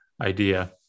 idea